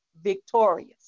victorious